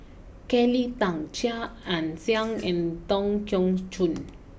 Kelly Tang Chia Ann Siang and Tan Keong Choon